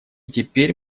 теперь